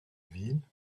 ville